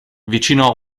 vicino